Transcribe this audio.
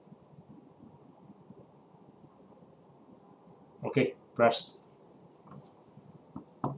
okay pressed